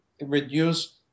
reduce